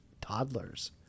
toddlers